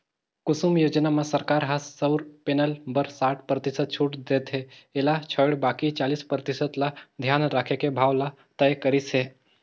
कुसुम योजना म सरकार ह सउर पेनल बर साठ परतिसत छूट देथे एला छोयड़ बाकि चालीस परतिसत ल धियान राखके भाव ल तय करिस हे